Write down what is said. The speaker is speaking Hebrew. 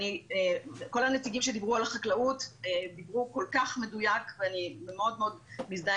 כל הנציגים שדיברו על החקלאות דיברו כל כך מדויק ואני מאוד מאוד מזדהה